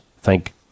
thank